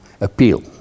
appeal